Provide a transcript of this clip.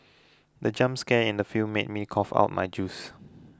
the jump scare in the film made me cough out my juice